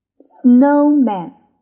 snowman